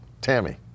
Tammy